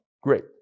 Great